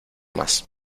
más